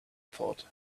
thought